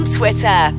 Twitter